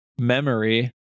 memory